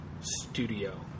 studio